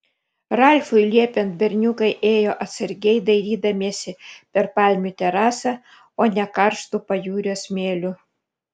ralfui liepiant berniukai ėjo atsargiai dairydamiesi per palmių terasą o ne karštu pajūrio smėliu